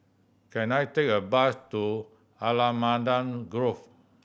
can I take a bus to Allamanda Grove